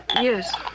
Yes